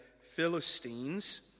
Philistines